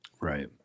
Right